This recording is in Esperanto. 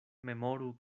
memoru